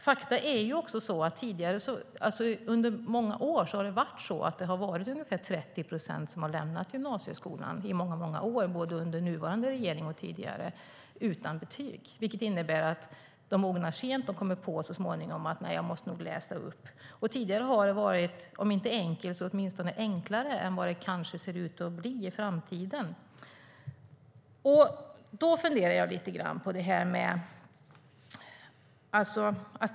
Faktum är också att det tidigare i många år, både under nuvarande regering och tidigare, har varit ungefär 30 procent som har lämnat gymnasieskolan utan betyg. De mognar sent; de kommer så småningom på att de nog måste läsa upp sig. Tidigare har det varit om inte enkelt så åtminstone enklare än vad det ser ut att kanske bli i framtiden. Det får mig att fundera.